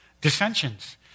Dissensions